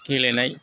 गेलेनाय